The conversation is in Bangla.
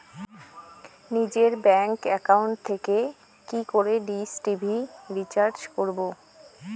নিজের ব্যাংক একাউন্ট থেকে কি করে ডিশ টি.ভি রিচার্জ করবো?